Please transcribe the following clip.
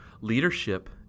Leadership